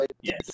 Yes